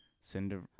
Cinder